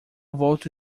volto